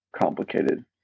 complicated